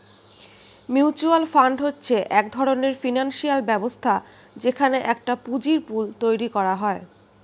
mutual fund হচ্ছে এক ধরণের ফিনান্সিয়াল ব্যবস্থা যেখানে একটা পুঁজির পুল তৈরী করা হয়